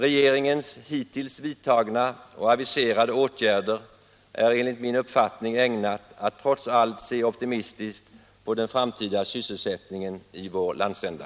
Regeringens hittills vidtagna och aviserade åtgärder gör enligt min uppfattning att vi trots allt kan se optimistiskt på den framtida sysselsättningen i vår landsända.